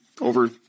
over